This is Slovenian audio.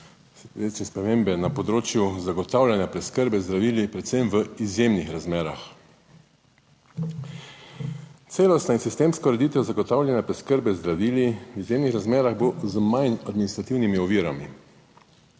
večje spremembe na področju zagotavljanja preskrbe z zdravili, predvsem v izjemnih razmerah. Celostna in sistemska ureditev zagotavljanja preskrbe z zdravili v izjemnih razmerah bo z manj administrativnimi ovirami.